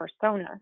persona